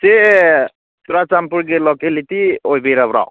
ꯁꯦ ꯆꯨꯔꯥꯆꯥꯟꯄꯨꯔꯒꯤ ꯂꯣꯀꯦꯂꯤꯇꯤ ꯑꯣꯏꯕꯤꯔꯕ꯭ꯔꯣ